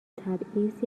تبعیض